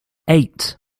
eight